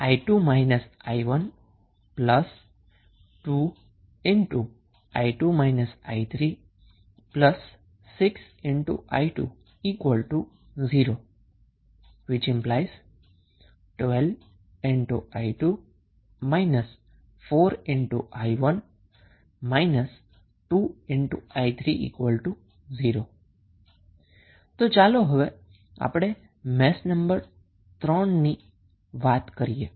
4 2 6i2 0 ⇒ 12i2 4i1 2i3 0 તો ચાલો હવે આપણે મેશ નંબર 3 વિષે વાત કરીશું